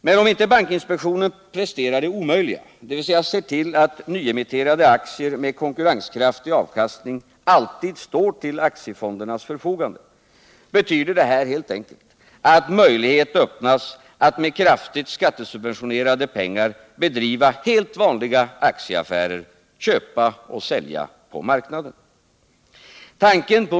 Men om inte bankinspektionen presterar det omöjliga — dvs. ser till att nyemitterade aktier med konkurrenskraftig avkastning alltid står till aktiefondernas förfogande — betyder det här helt enkelt att möjlighet öppnas att med kraftigt skattesubventionerade pengar bedriva helt vanliga akticaffärer, köpa och sälja på marknaden.